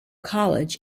college